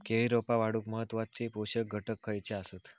केळी रोपा वाढूक महत्वाचे पोषक घटक खयचे आसत?